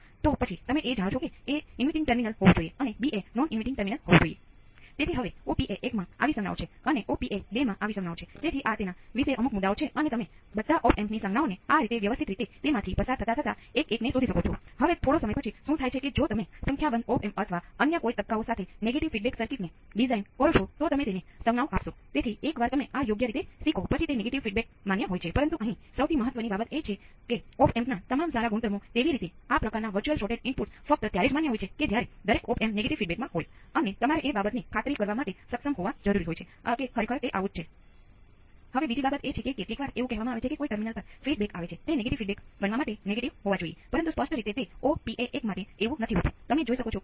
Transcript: તેથી જ્યારે હું અચળ કહું છું ત્યારે તે એકદમ અચળ હોવું જરૂરી નથી તે ટુકડા મુજબ અચળ હોય ત્યાં સુધી તમે વસ્તુઓને ટુકડાઓ મુજબ કામ કરી શકો છો